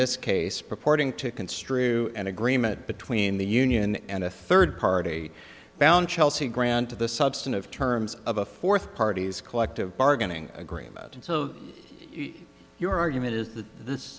this case purporting to construe an agreement between the union and a third party bound chelsea grant to the substantive terms of a fourth party's collective bargaining agreement and so your argument is that this